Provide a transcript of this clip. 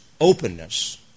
openness